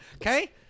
Okay